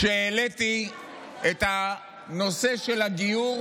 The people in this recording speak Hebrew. כשהעליתי את נושא הגיור,